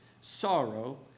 Sorrow